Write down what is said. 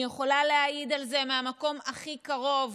אני יכולה להעיד על זה מהמקום הכי קרוב